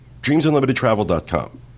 DreamsUnlimitedTravel.com